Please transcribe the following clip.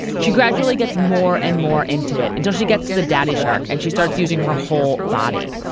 she gradually gets more and more into it until she gets to the daddy shark, and she starts using her whole body.